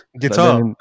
guitar